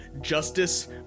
justice